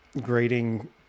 grading